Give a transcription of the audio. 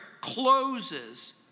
closes